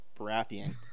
Baratheon